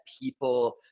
people